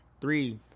three